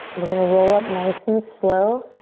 we're gonna roll up nice and slow.